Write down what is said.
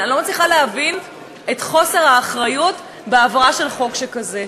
אני לא מצליחה להבין את חוסר האחריות בהעברה של חוק שכזה.